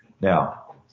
Now